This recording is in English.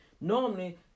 Normally